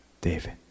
David